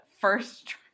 first